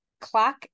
clock